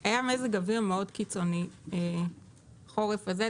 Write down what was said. היה מזג אוויר מאוד קיצוני בחורף הזה,